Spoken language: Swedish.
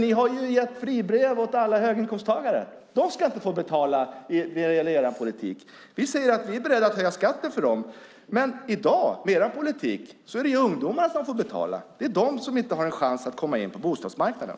Ni har ju gett fribrev åt höginkomsttagare. De ska inte få betala enligt er politik. Vi säger att vi är beredda att höja skatten för dem. Men i dag, med er politik, är det ungdomarna som får betala. Det är de som inte har en chans att komma in på bostadsmarknaden.